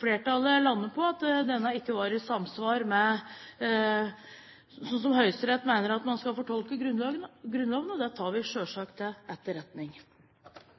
flertallet landet på at dette ikke var i samsvar med den måten Høyesterett mener man skal fortolke Grunnloven på. Det tar vi selvsagt til etterretning.